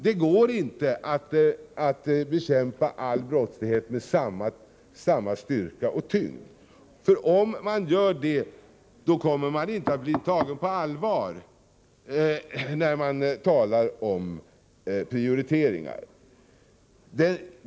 Det går inte att bekämpa all brottslighet med samma styrka och tyngd, för om man gör det kommer man inte att bli tagen på allvar när man talar om prioriteringar.